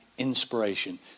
inspiration